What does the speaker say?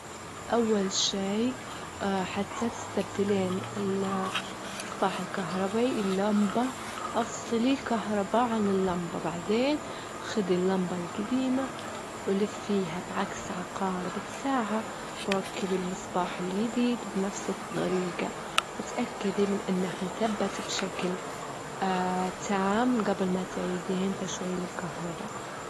أول شي حتى تستبدلين المصباح الكهربي اللمبة، افصلي الكهربا عن اللمبة، بعدين خدي اللمبة الجديمة ولفيها بعكس عقارب الساعة، وركبي المصباح اليديد بنفس الطريقة، واتأكدي إنها متبتة بشكل تام قبل ماتعيدين تشغيل الكهربا.